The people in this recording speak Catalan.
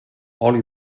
oli